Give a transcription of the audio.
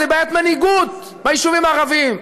זו בעיית מנהיגות ביישובים הערביים,